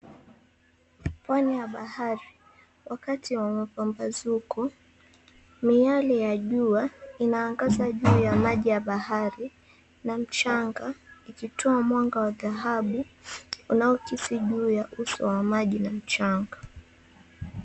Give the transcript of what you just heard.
Pwani wa bahari. Wakati wa mapambazuko, miale ya jua inaangaza juu ya maji ya bahari na mchanga ikitoa mwanga wa dhahabu unaokisi juu ya uso wa maji na mchanga.